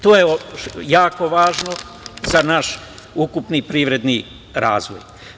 To je jako važno za naš ukupni privredni razvoj.